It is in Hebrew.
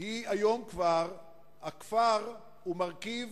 היום הכפר הוא מרכיב